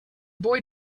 boy